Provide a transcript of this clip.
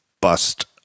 bust